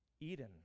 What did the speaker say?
eden